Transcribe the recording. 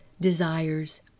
desires